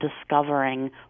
discovering